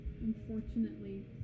Unfortunately